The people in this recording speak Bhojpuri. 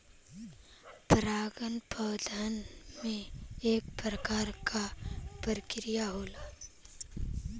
परागन पौधन में एक प्रकार क प्रक्रिया होला